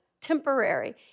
temporary